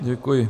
Děkuji.